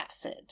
acid